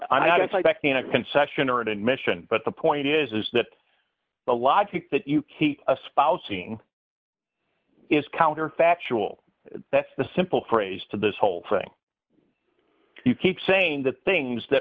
an admission but the point is that the logic that you keep a spouse seeing is counterfactual that's the simple phrase to this whole thing you keep saying the things that